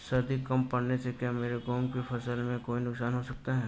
सर्दी कम पड़ने से क्या मेरे गेहूँ की फसल में कोई नुकसान हो सकता है?